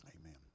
Amen